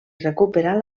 recuperar